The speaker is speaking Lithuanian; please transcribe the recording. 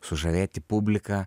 sužavėti publiką